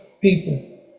people